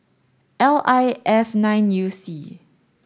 L I F nine U C